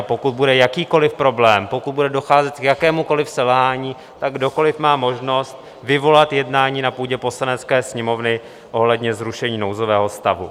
Pokud bude jakýkoli problém, pokud bude docházet k jakémukoli selhání, tak kdokoli má možnost vyvolat jednání na půdě Poslanecké sněmovny ohledně zrušení nouzového stavu.